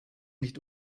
nicht